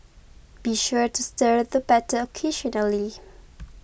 be sure to stir the batter occasionally